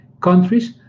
countries